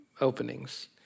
openings